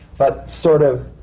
but sort of,